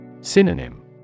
Synonym